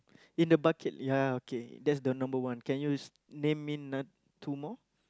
in the bucket ya ya okay that's the number one can you name me anot~ two more